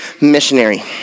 missionary